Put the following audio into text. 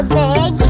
big